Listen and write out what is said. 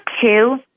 two